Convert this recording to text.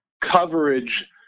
coverage